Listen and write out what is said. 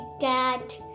cat